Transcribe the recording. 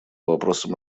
вопросам